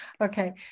okay